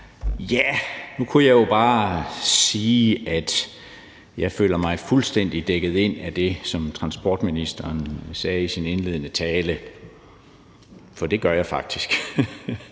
Ja, nu kunne jeg jo bare sige, at jeg føler mig fuldstændig dækket ind af det, som transportministeren sagde i sin indledende tale, for det gør jeg faktisk.